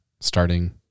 starting